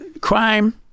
crime